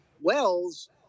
wells